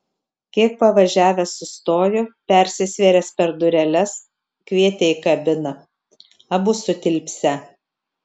kiek pavažiavęs sustojo persisvėręs per dureles kvietė į kabiną abu sutilpsią